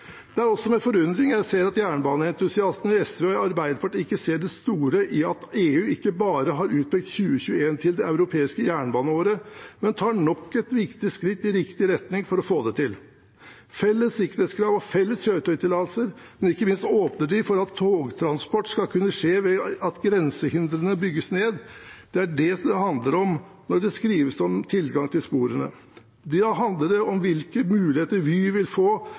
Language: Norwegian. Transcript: Det er også med forundring jeg ser at jernbaneentusiastene i SV og Arbeiderpartiet ikke ser det store i at EU ikke bare har utpekt 2021 til det europeiske jernbaneåret, men tar nok et viktig skritt i riktig retning for å få det til, med felles sikkerhetskrav og felles kjøretøytillatelser. Ikke minst åpner de for at togtransport skal kunne skje ved at grensehindrene bygges ned. Det er det det handler om når det skrives om tilgang til sporene. Da handler det om hvilke muligheter Vy vil få